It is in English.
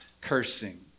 cursing